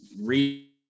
read